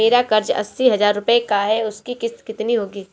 मेरा कर्ज अस्सी हज़ार रुपये का है उसकी किश्त कितनी होगी?